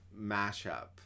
mashup